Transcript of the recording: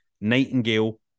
Nightingale